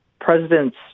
President